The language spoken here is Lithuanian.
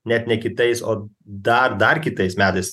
net ne kitais o dar dar kitais metais